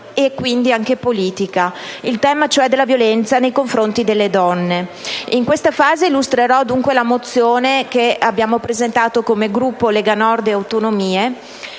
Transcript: e, quindi, anche politica: la violenza nei confronti delle donne. In questa fase illustrerò dunque la mozione che ha presentato il Gruppo Lega Nord e Autonomie,